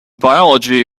biology